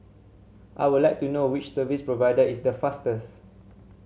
I would like to know which service provider is the fastest